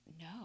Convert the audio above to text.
no